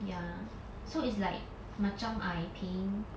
ya so is like macam I paying